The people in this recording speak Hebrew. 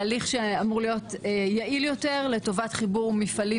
הליך שאמור להיות יעיל יותר לטובת חיבור מפעלים